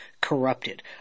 corrupted